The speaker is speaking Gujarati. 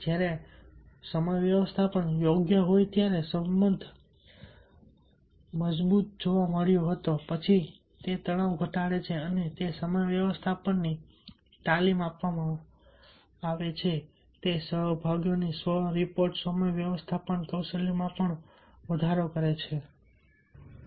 જ્યારે સમય વ્યવસ્થાપન યોગ્ય હોય ત્યારે સૌથી મજબૂત સંબંધ જોવા મળ્યો હતો પછી તે તણાવ ઘટાડે છે અને તે સમય વ્યવસ્થાપનની તાલીમ આપવામાં પણ જોવા મળે છે તે સહભાગીઓની સ્વ રિપોર્ટેડ સમય વ્યવસ્થાપન કૌશલ્યમાં પણ વધારો કરે છે